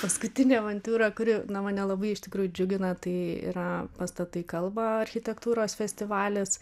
paskutinė avantiūra kuri na mane labai iš tikrųjų džiugina tai yra pastatai kalba architektūros festivalis